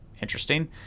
Interesting